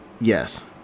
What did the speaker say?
Yes